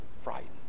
frightened